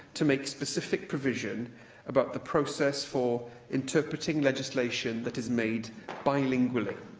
to make specific provision about the process for interpreting legislation that is made bilingually.